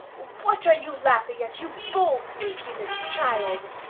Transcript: what are you laughing at, you bold, impudent child!